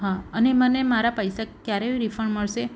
હા અને મને મારા પૈસા ક્યારે રિફંડ મળશે